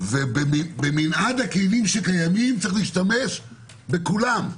ובמנעד הכלים שקיימים יש להשתמש בכולם.